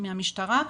מהמשטרה,